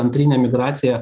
antrinė migracija